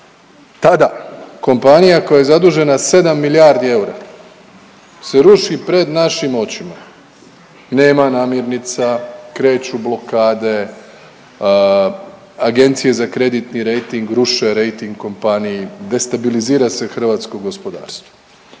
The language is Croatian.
Tada kompanija koja je zadužena 7 milijardi eura se ruši pred našim očima i nema namirnica, kreću blokade, Agencije za kreditni rejting ruše rejting kompaniji, destabilizira se hrvatsko gospodarstvo